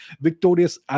victorious